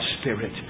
spirit